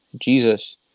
Jesus